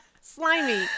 slimy